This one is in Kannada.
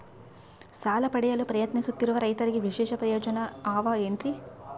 ಸಾಲ ಪಡೆಯಲು ಪ್ರಯತ್ನಿಸುತ್ತಿರುವ ರೈತರಿಗೆ ವಿಶೇಷ ಪ್ರಯೋಜನ ಅವ ಏನ್ರಿ?